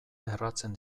erratzen